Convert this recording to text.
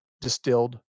distilled